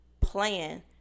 plan